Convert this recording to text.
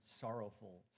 sorrowful